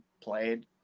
played